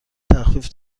تخفیف